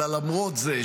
אלא למרות זה,